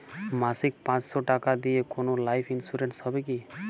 মাসিক পাঁচশো টাকা দিয়ে কোনো লাইফ ইন্সুরেন্স হবে কি?